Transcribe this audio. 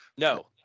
No